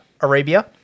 Arabia